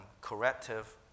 corrective